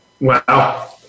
Wow